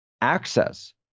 access